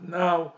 now